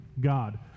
God